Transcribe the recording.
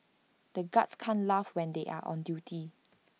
the guards can't laugh when they are on duty